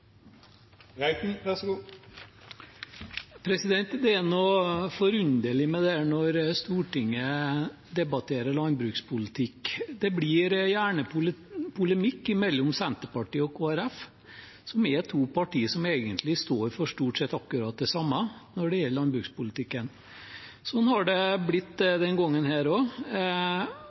gjerne polemikk mellom Senterpartiet og Kristelig Folkeparti, som er to partier som egentlig står for stort sett akkurat det samme når det gjelder landbrukspolitikken. Sånn har det blitt